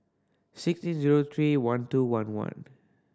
six eight zero three one two one one